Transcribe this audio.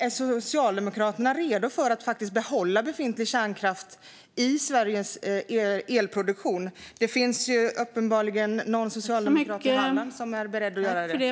Är Socialdemokraterna redo att faktiskt behålla befintlig kärnkraft i Sveriges elproduktion? Det finns uppenbarligen någon socialdemokrat i Halland som är beredd att göra det.